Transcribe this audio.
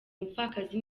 umupfakazi